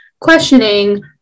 questioning